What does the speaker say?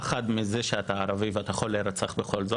פחד מזה שאתה ערבי ואתה יכול להירצח בכל מקרה